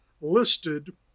listed